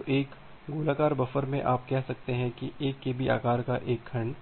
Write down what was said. तो एक गोलाकार बफर में आप कह सकते हैं कि 1 केबी आकार का एक खंड